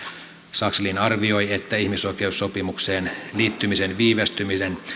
sakslin arvioi että ihmisoikeussopimukseen liittymisen viivästyminen